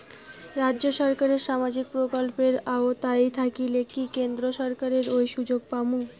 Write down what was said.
রাজ্য সরকারের সামাজিক প্রকল্পের আওতায় থাকিলে কি কেন্দ্র সরকারের ওই সুযোগ পামু?